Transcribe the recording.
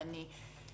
אני חושבת